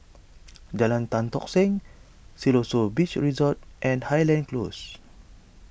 Jalan Tan Tock Seng Siloso Beach Resort and Highland Close